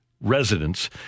residents